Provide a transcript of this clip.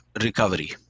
recovery